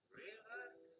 relax